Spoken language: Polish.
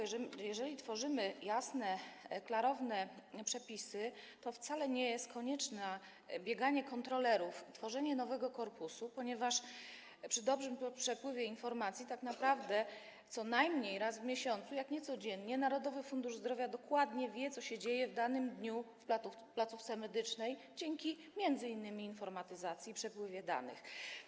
Jeżeli tworzymy jasne, klarowne przepisy, to wcale nie jest konieczne bieganie kontrolerów, tworzenie nowego korpusu, ponieważ przy dobrym przepływie informacji tak naprawdę co najmniej raz w miesiącu, jeśli nie codziennie, Narodowy Fundusz Zdrowia dokładnie wie, co się dzieje w danym dniu w placówce medycznej, m.in. dzięki informatyzacji i przepływowi danych.